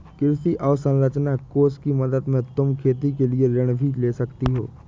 कृषि अवसरंचना कोष की मदद से तुम खेती के लिए ऋण भी ले सकती हो